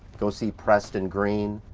go see preston green.